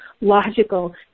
logical